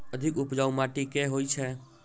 अधिक उपजाउ माटि केँ होइ छै?